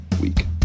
week